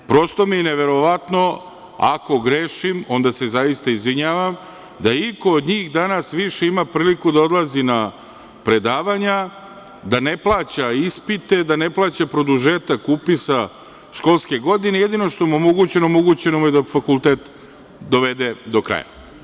Prosto mi je neverovatno, ako grešim, onda se zaista izvinjavam, da iko od njih danas više ima priliku da odlazi na predavanja, da ne plaća ispite, da ne plaća produžetak upisa školske godine, jedino što mu je omogućeno, omogućeno mu je da fakultet dovede do kraja.